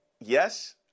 Yes